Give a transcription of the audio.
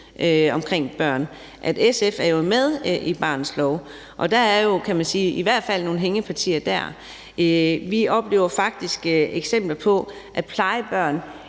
for børn. SF er jo med i barnets lov, og der er jo, kan man sige, nogle hængepartier der. Vi oplever faktisk eksempler på, at plejebørn